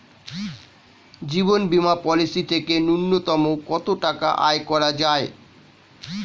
জীবন বীমা পলিসি থেকে ন্যূনতম কত টাকা আয় করা যায়?